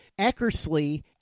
Eckersley